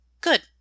Good